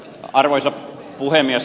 arvoisa puhemies